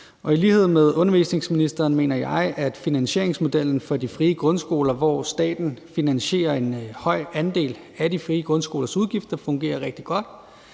Og i lighed med undervisningsministeren mener jeg, at finansieringsmodellen for de frie grundskoler, hvor staten finansierer en høj andel af de frie grundskolers udgifter, fungerer rigtig godt,